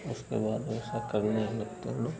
उसके बाद ऐसा करने लगते हैं लोग